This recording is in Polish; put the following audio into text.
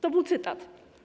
To był cytat.